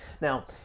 Now